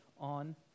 on